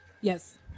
Yes